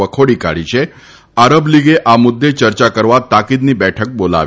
વખોડી કાઢી છે આરબ લીગે આ મુદૃે ચર્ચા કરવા તાકીદની બેઠક બોલાવી